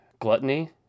Gluttony